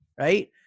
right